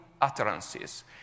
utterances